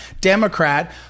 Democrat